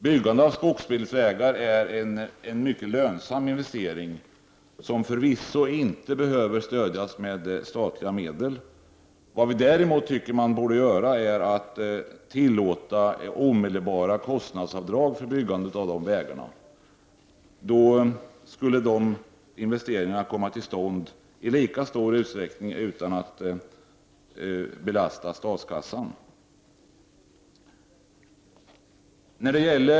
Byggandet av skogsbilvägar är en mycket lönsam investering, som förvisso inte behöver stödjas med statliga medel. Däremot bör man omedelbart tillåta kostnadsavdrag för byggande av de vägarna. Därmed skulle dessa investeringar komma till stånd i samma utsträckning utan att belasta statskassan.